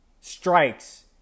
strikes